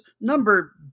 number